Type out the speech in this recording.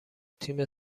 تیم